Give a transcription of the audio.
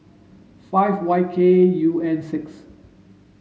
five Y K U N six